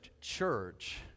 church